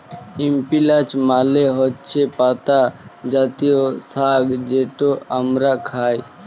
ইস্পিলাচ মালে হছে পাতা জাতীয় সাগ্ যেট আমরা খাই